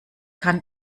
kann